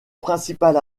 principal